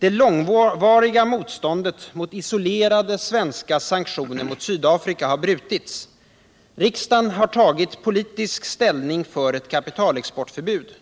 Det långvariga motståndet mot isolerade svenska sanktioner mot Sydafrika har brutits. Riksdagen har tagit politisk ställning för ett kapitalex port förbud.